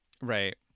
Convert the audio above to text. right